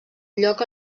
lloc